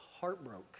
heartbroken